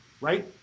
right